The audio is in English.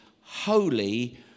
holy